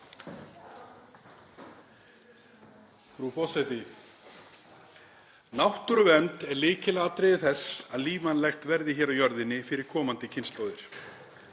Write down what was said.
Frú forseti. Náttúruvernd er lykilatriði þess að lífvænlegt verði hér á jörðinni fyrir komandi kynslóðir.